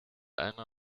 einer